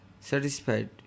satisfied